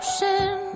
ocean